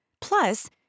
Plus